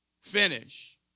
finish